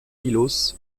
miloš